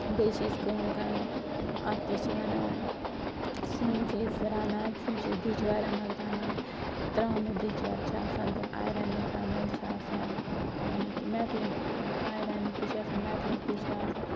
بیٚیہِ چھِ أسۍ کٲم کَران اَتھ کیٛاہ چھِ وَنان سیُن چھِ أسۍ رَنان تِم چھِ أسۍ دِچہِ وارٮ۪ن مَنٛز رَنان ترٛاموٗ دِچہِ وَارِ چھِ آسان تِم ایرنٕکۍ بَنٲوِتھ چھِ آسان یِم ییٚم ییٚمِکۍ مٮ۪ٹلِک ایرنٕکۍ تہِ چھِ آسان مٮ۪ٹلِک تہِ چھِ آسان